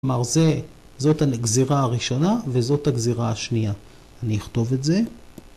כלומר זה... זאת הגזירה הראשונה, וזאת הגזירה השנייה. אני אכתוב את זה.